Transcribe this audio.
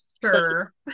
sure